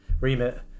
remit